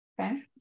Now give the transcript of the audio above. Okay